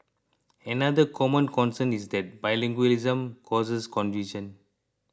another common concern is that bilingualism causes confusion